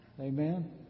Amen